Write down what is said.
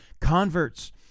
Converts